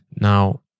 Now